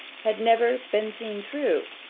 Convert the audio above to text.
had never been seen through,